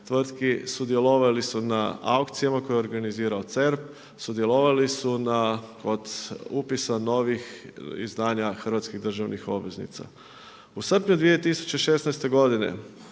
tvrtki, sudjelovali su na aukcijama koje je organizirao CERP, sudjelovali su na, od upisa novih izdanja hrvatskih držanih obveznica. U srpnju 2016. godine